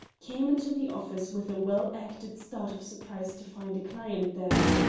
came into the office with a well-acted start of surprise to find a client there.